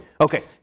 Okay